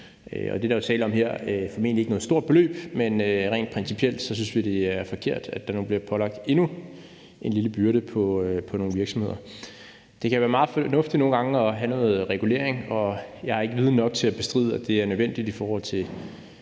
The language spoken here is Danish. Det, der er tale om her, er formentlig ikke noget stort beløb, men rent principielt synes vi, at det er forkert, at der nu bliver pålagt endnu en lille byrde på nogle virksomheder. Det kan være meget fornuftigt nogle gange at have noget regulering, og jeg har ikke viden nok til at bestride, at det er nødvendigt i forhold til